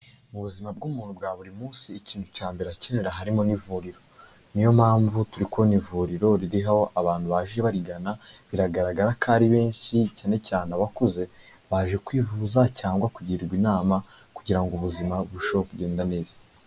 Mu buzima bw'umuntu bwa buri munsi ikintu cya mbere akenera harimo n'ivuriro, niyo mpamvu turi kubona ivuriro ririho abantu baje barigana biragaragara ko ari benshi cyane cyane abakuze, baje kwivuza cyangwa kugirwa inama kugira ngo ubuzima burusheho kugenda neza.